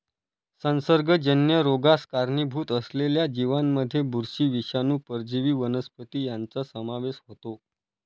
संसर्गजन्य रोगास कारणीभूत असलेल्या जीवांमध्ये बुरशी, विषाणू, परजीवी वनस्पती यांचा समावेश होतो